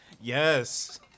Yes